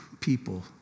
people